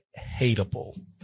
hateable